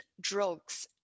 drugs